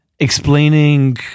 explaining